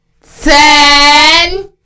Ten